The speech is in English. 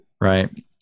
Right